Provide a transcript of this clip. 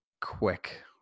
quick